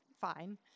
fine